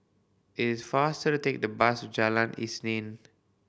it's faster to take the bus to Jalan Isnin